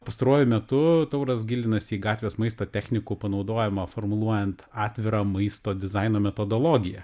pastaruoju metu tauras gilinasi į gatvės maisto technikų panaudojimą formuluojant atvirą maisto dizaino metodologiją